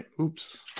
Oops